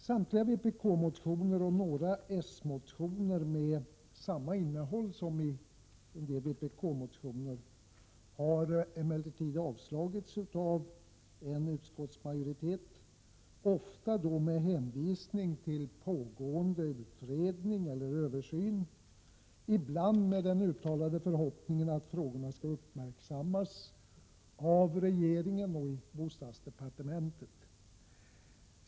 Samtliga vpk-motioner och några s-motioner med samma innehåll som en del av vpk-motionerna har emellertid avstyrkts av utskottsmajoriteten, ofta med hänvisning till pågående utredning eller översyn, ibland med den uttalade förhoppningen att frågorna skall uppmärksammas av regeringen och i bostadsdepartementet.